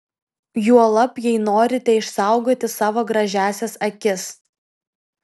juolab jei norite išsaugoti savo gražiąsias akis